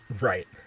Right